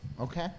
Okay